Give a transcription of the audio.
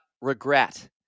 regret